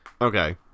Okay